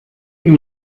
nous